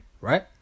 right